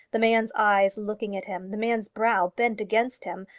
the man's eyes looking at him, the man's brow bent against him,